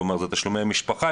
כלומר זה תשלומי משפחה,